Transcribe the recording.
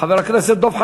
חבר הכנסת דב חנין,